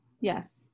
Yes